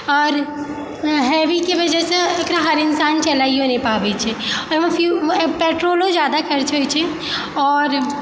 आओर हेवीके वजहसँ एकरा हर इन्सान चलाइओ नहि पाबैत छै अहिमे फिउल पेट्रोलो जादा खर्च होइत छै आओर